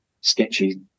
sketchy